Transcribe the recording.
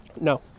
No